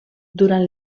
durant